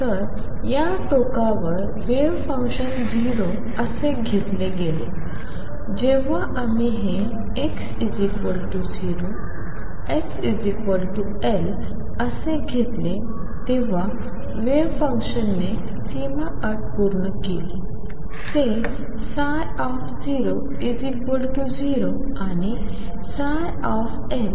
तर या टोका वर वेव्ह फंक्शन 0 असे घेतले गेले जेव्हा आम्ही हे x0 xL असे घेतले तेव्हा वेव्ह फंक्शनने सीमा अट पूर्ण केली ते 00 आणि L हे 0